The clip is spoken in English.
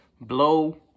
Blow